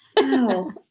Wow